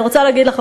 אני רוצה להגיד לך,